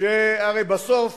הרי בסוף